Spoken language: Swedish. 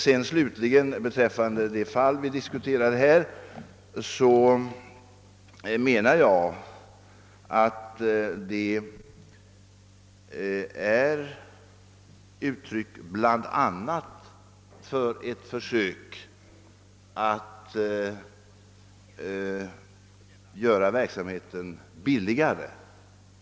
Vad slutligen angår det fall som vi här diskuterar menar jag att det är ett uttryck bl.a. för ett försök att förbilliga verksamheten.